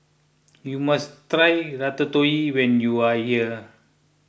you must try Ratatouille when you are here